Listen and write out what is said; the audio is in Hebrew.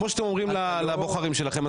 כמו שאתם אומרים לבוחרים שלכם,